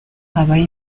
habaye